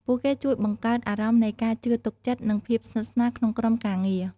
ពួកគេជួយបង្កើតអារម្មណ៍នៃការជឿទុកចិត្ត និងភាពស្និទ្ធស្នាលក្នុងក្រុមការងារ។